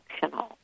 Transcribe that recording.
functional